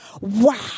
Wow